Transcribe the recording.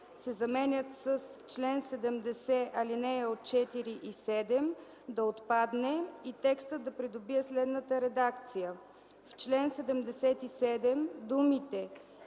се заменят с „чл. 70, ал. 4-7” да отпадне и текстът да придобие следната редакция: „В чл. 77 думите